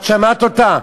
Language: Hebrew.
את שמעת אותה?